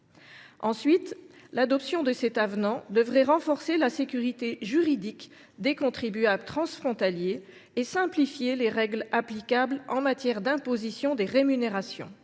l’adoption de cet avenant devrait renforcer la sécurité juridique des contribuables transfrontaliers et simplifier les règles applicables en matière d’imposition des rémunérations.